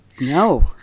No